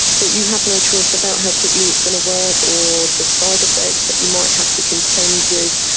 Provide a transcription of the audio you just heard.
but you have no choice about how quickly it's going to work or the side effects that you might have to contend with.